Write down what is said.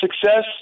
success